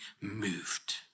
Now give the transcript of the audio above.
moved